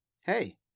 hey